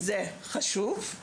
וזה חשוב,